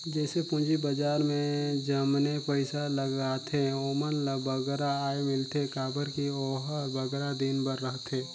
जइसे पूंजी बजार में जमने पइसा लगाथें ओमन ल बगरा आय मिलथे काबर कि ओहर बगरा दिन बर रहथे